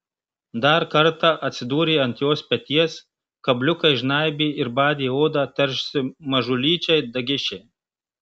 dar kartą atsidūrė ant jos peties kabliukai žnaibė ir badė odą tarsi mažulyčiai dagišiai